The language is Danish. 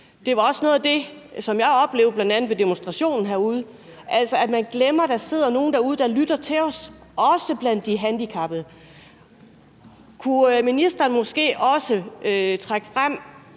Det var også noget af det, som jeg bl.a. oplevede ved demonstrationen herude, altså at man glemmer, at der sidder nogle derude, der lytter til os, også blandt de handicappede. Kunne ministeren måske også trække frem